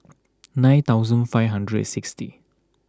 nine thousand five hundred and sixty